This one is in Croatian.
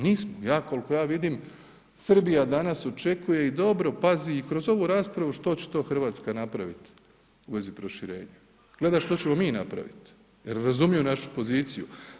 Nismo, ja koliko ja vidim Srbija danas očekuje i dobro pazi i kroz ovu raspravu što će to Hrvatska napraviti u vezi proširenja, gleda što ćemo mi napraviti jer razumiju našu poziciju.